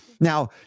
Now